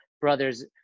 brothers